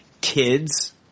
Kids